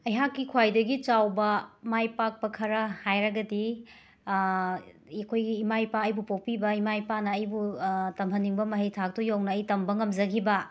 ꯑꯩꯍꯥꯛꯀꯤ ꯈ꯭ꯋꯥꯏꯗꯒꯤ ꯆꯥꯎꯕ ꯃꯥꯏ ꯄꯥꯛꯄ ꯈꯔ ꯍꯥꯏꯔꯒꯗꯤ ꯑꯩꯈꯣꯏꯒꯤ ꯏꯃꯥ ꯏꯄꯥ ꯑꯩꯕꯨ ꯄꯣꯛꯄꯤꯕ ꯏꯃꯥ ꯏꯄꯥꯅ ꯑꯩꯕꯨ ꯇꯝꯍꯟꯅꯤꯡꯕ ꯃꯍꯩ ꯊꯥꯛꯇꯣ ꯌꯧꯅ ꯑꯩ ꯇꯝꯕ ꯉꯝꯖꯈꯤꯕ